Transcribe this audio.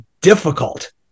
difficult